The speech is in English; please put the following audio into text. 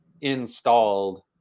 installed